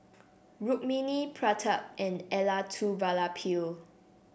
Rukmini Pratap and Elattuvalapil